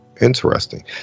interesting